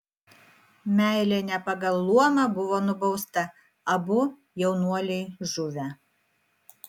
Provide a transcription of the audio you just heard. meilė ne pagal luomą buvo nubausta abu jaunuoliai žuvę